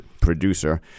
producer